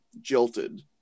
jilted